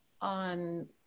on